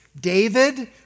David